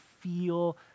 feel